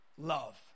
love